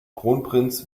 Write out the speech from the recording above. kronprinz